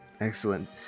Excellent